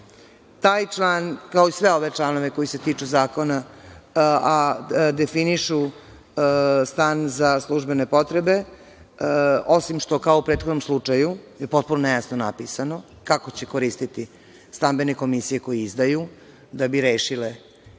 Taj član, kao i sve ove članove koji se tiču zakona, a definišu stan za službene potrebe, osim što kao u prethodnom slučaju je potpuno nejasno napisano kako će koristiti stambene komisije koje izdaju da bi rešile ko